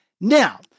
Now